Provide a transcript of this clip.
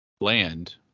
land